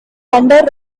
thunder